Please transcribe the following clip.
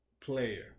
player